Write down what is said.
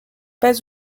pas